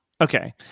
Okay